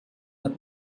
hat